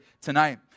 tonight